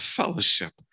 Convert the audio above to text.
fellowship